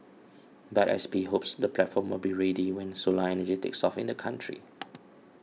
but S P hopes the platform would be ready when solar energy takes off in the country